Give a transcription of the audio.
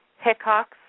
Hickox